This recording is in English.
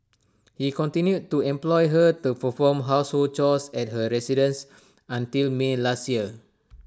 he continued to employ her to perform household chores at his residence until may last year